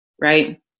right